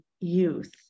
youth